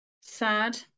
Sad